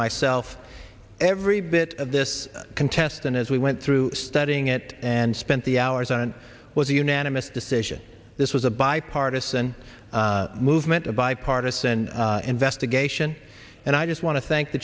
myself every bit of this contest and as we went through studying it and spent the hours on it was a unanimous decision this was a bipartisan movement a bipartisan investigation and i just want to thank the